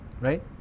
right